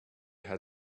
had